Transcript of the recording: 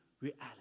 reality